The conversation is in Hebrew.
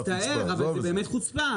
זו חוצפה.